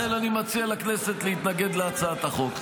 -- לכן אני מציע לכנסת להתנגד להצעת החוק.